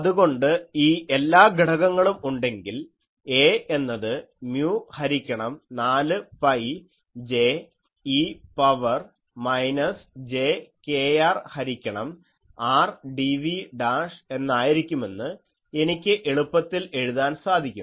അതുകൊണ്ട് ഈ എല്ലാ ഘടകങ്ങളും ഉണ്ടെങ്കിൽ A എന്നത് മ്യൂ ഹരിക്കണം 4 pi J e power minus j kr ഹരിക്കണം r dv' എന്നായിരിക്കുമെന്ന് എനിക്ക് എളുപ്പത്തിൽ എഴുതാൻ സാധിക്കും